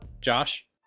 Josh